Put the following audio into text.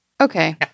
Okay